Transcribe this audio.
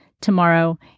tomorrow